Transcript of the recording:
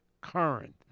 current